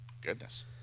goodness